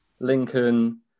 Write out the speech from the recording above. Lincoln